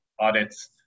audits